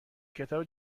کتاب